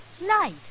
Light